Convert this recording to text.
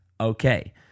Okay